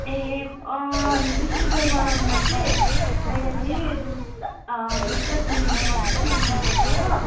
ए मिस्टी दही बनाउनुलाई चाहिँ पहिला चाहिँ दुध दुध र चिनीलाई मजाले उमाल्नुपर्छ हो